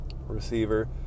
receiver